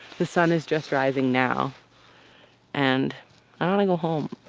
the sun is just rising now and i wanna go home.